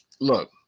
look